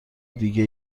دیگه